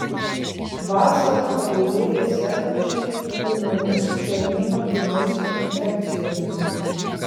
vasarą padaugėja sergančių ūmiomis žarnyno ir maisto infekcijomis